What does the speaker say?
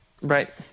Right